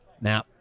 Now